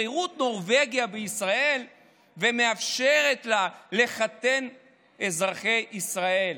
לשגרירות נורבגיה בישראל ומאפשרת לה לחתן את אזרחי ישראל.